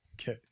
Okay